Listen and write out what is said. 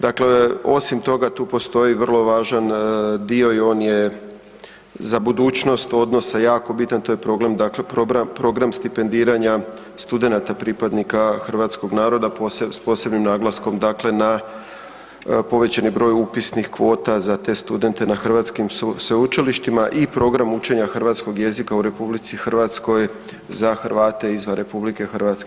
Dakle ovim toga, tu postoji vrlo važan dio i on je za budućnost odnosa, jako bitan, to je program, dakle program stipendiranja studenata pripadnika hrvatskog naroda, s posebnim naglaskom dakle na povećani broj upisnih kvota za te studente na hrvatskim sveučilištima i program učenja hrvatskog jezika u RH za Hrvate izvan RH.